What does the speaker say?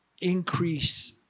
increase